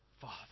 Father